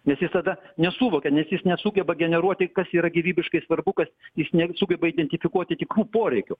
nes jis tada nesuvokia nes jis nesugeba generuoti kas yra gyvybiškai svarbu kas jis nesugeba identifikuoti tikrų poreikių